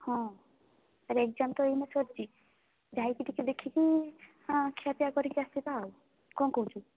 ହଁ ଆରେ ଏଗ୍ଜାମ୍ ତ ଏଇନା ସରିଛି ଯାଇକି ଟିକେ ଦେଖିକି ହଁ ଖିଆ ପିଆ କରିକି ଆସିବା କ'ଣ କହୁଛୁ